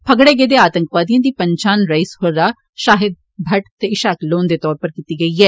फगड़े गेदे आतंकवादियें दी पंछान रईस हर्रा शाहिद भट्ट ते इशाक लोन दे तौरा पर कीती गेई ऐ